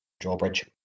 Drawbridge